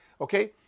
okay